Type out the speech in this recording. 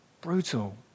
Brutal